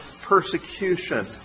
persecution